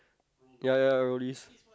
ya ya all these